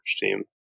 team